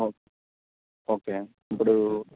ఓక్ ఓకే ఇప్పుడు